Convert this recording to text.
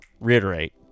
reiterate